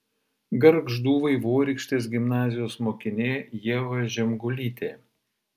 gargždų vaivorykštės gimnazijos mokinė ieva žemgulytė